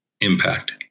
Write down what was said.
impact